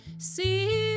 See